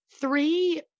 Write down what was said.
three